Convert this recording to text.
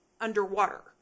underwater